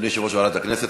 אדוני יושב-ראש ועדת הכנסת.